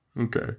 Okay